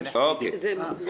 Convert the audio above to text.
אוקיי.